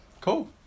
Cool